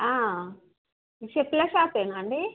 చెప్పుల షాపేనా అండి